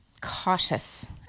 cautious